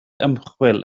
ymchwil